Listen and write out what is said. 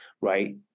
right